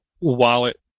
wallet